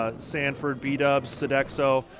ah sanford, b-dubs, sodexo,